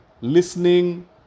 listening